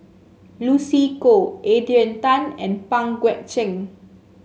Lucy Koh Adrian Tan and Pang Guek Cheng